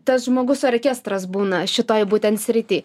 tas žmogus orkestras būna šitoj būtent srity